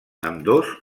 ambdós